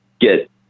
get